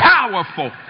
powerful